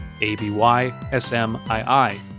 A-B-Y-S-M-I-I